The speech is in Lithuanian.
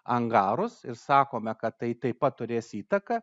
angarus ir sakome kad tai taip pat turės įtaką